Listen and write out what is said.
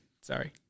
Sorry